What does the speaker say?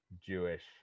jewish